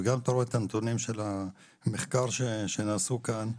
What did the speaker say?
ואתה גם רואה את הנתונים של המחקר שנעשה כאן,